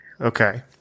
Okay